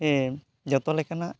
ᱮ ᱡᱚᱛᱚ ᱞᱮᱠᱟᱱᱟᱜ